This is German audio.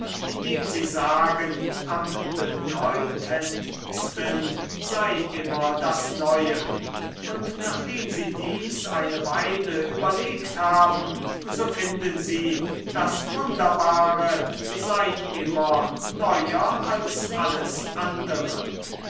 indem sie sagen am bedeutendsten sei immer das neue und nachdem sie dies eine weile überlegt haben so finden sie das wunderbare sei immer neuer als alles andere